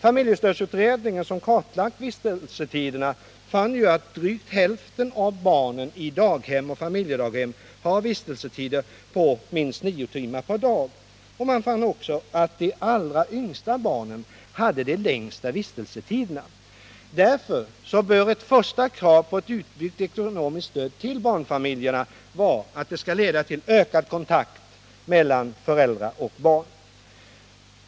Familjestödsutredningen, som kartlagt vistelsetiderna, fann att drygt hälften av barnen i daghem och familjedaghem har vistelsetider på minst nio timmar per dag. Man fann också att de allra yngsta barnen hade de längsta vistelsetiderna. Därför bör ett första krav på ett utbyggt ekonomiskt stöd till barnfamiljerna vara att det skall leda till ökad kontakt mellan föräldrar och barn.